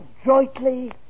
adroitly